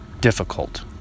difficult